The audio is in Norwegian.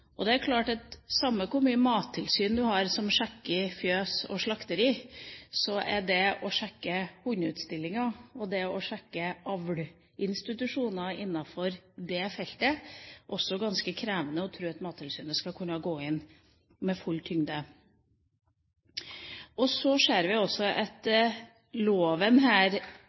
kjempeutfordring. Det er klart at uansett hvor mye Mattilsynet sjekker fjøs og slakterier, så vil det å sjekke hundeutstillinger og avlsinstitusjoner på dette feltet være ganske krevende for Mattilsynet. Kan de gå inn med full tyngde der også? Så ser vi også at loven her